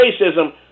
racism